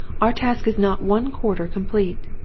our task is not one quarter complete!